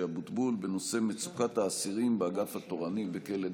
אבוטבול בנושא מצוקת האסירים באגף התורני בכלא דקל.